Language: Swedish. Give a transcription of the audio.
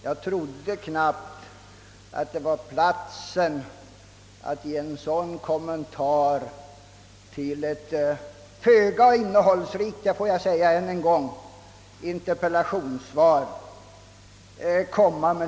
Jag trodde knappast att detta var platsen att ge i en sådan här kommentar till ett föga innehållsrikt svar.